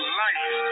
life